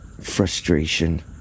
frustration